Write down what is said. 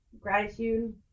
gratitude